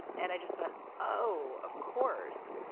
and i just thought, oh, of course.